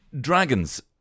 Dragons